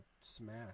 smash